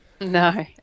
No